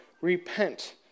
Repent